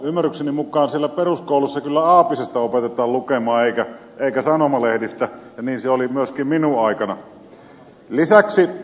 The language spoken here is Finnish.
ymmärrykseni mukaan siellä peruskoulussa kyllä aapisesta opetetaan lukemaan eikä sanomalehdistä ja niin se oli myöskin minun aikanani